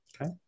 Okay